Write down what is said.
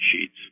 sheets